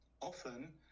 often